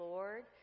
Lord